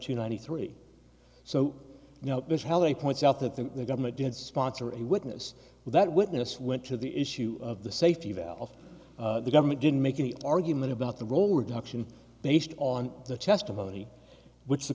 two ninety three so you know points out that the government did sponsor a witness that witness went to the issue of the safety valve of the government didn't make any argument about the role or direction based on the testimony which the